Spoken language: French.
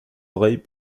oreilles